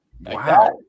Wow